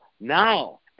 now